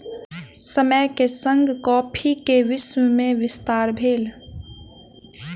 समय के संग कॉफ़ी के विश्व में विस्तार भेल